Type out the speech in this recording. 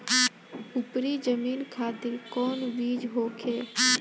उपरी जमीन खातिर कौन बीज होखे?